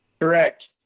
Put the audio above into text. Correct